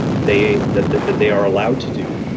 they that that that they are allowed to do